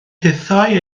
hithau